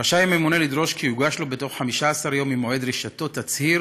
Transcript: רשאי הממונה לדרוש כי יוגש לו בתוך 15 יום ממועד דרישתו תצהיר